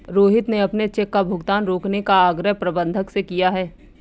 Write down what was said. रोहित ने अपने चेक का भुगतान रोकने का आग्रह प्रबंधक से किया है